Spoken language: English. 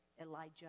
Elijah